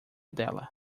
dela